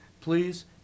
please